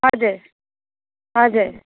हजुर हजुर